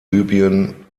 libyen